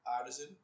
artisan